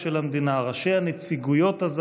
מפכ"ל המשטרה רב-ניצב יעקב שבתאי,